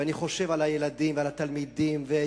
ואני חושב על הילדים ועל התלמידים ועל